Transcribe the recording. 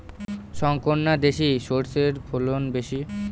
শংকর না দেশি সরষের ফলন বেশী?